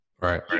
Right